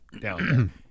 down